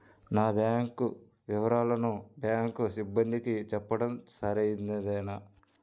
నా బ్యాంకు వివరాలను బ్యాంకు సిబ్బందికి చెప్పడం సరైందేనా?